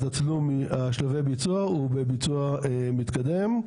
שלבי הביצוע הוא בביצוע מתקדם.